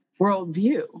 worldview